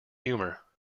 humour